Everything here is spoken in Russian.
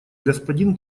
господин